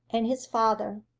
and his father.